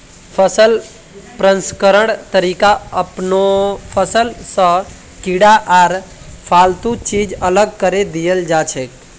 फसल प्रसंस्करण तरीका अपनैं फसल स कीड़ा आर फालतू चीज अलग करें दियाल जाछेक